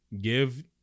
Give